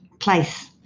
place.